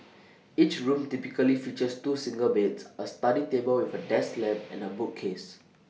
each room typically features two single beds A study table with A desk lamp and A bookcase